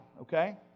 Okay